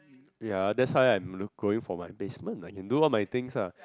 ya that's why I'm look going for my basement I can do all my thing lah